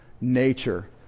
nature